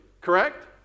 correct